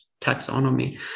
taxonomy